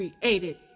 created